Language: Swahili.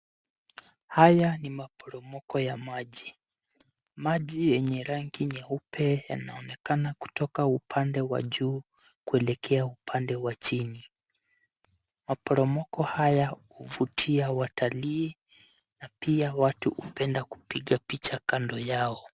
Haya ni maporomoko ya maji. Maji yenye rangi nyeupe yanaonekana kutoka upande wa juu kuelekea upande wa chini. Maporomoko haya huvutia watalii na pia watu hupenda kupiga picha kando yao.